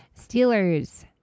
Steelers